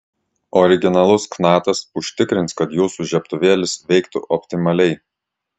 originalus knatas užtikrins kad jūsų žiebtuvėlis veiktų optimaliai